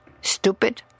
stupid